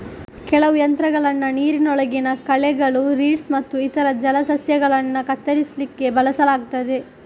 ಕೆಲವು ಯಂತ್ರಗಳನ್ನ ನೀರಿನೊಳಗಿನ ಕಳೆಗಳು, ರೀಡ್ಸ್ ಮತ್ತು ಇತರ ಜಲಸಸ್ಯಗಳನ್ನ ಕತ್ತರಿಸ್ಲಿಕ್ಕೆ ಬಳಸಲಾಗ್ತದೆ